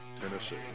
Tennessee